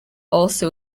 also